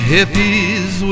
Hippies